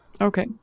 Okay